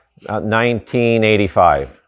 1985